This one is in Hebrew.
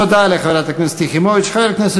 תודה לחברת הכנסת יחימוביץ.